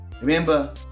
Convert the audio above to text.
remember